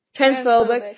Transphobic